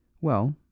Well